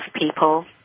people